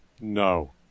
No